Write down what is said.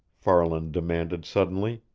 farland demanded suddenly.